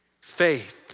Faith